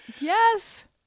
Yes